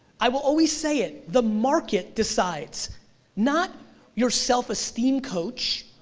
i will always say it, the market decides not your self esteem coach,